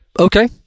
okay